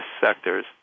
sectors